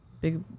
Big